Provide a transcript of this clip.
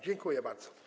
Dziękuję bardzo.